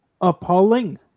appalling